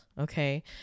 Okay